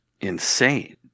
insane